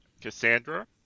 Cassandra